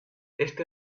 este